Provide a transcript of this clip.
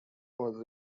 was